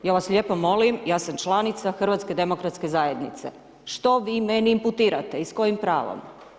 Ja vas lijepo molim, ja sam članica HDZ-a, što vi meni imputirate i s kojim pravom?